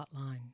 hotline